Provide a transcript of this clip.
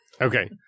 Okay